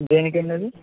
దేనికి అండి అది